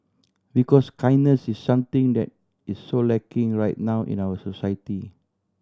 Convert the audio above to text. because kindness is something that is so lacking right now in our society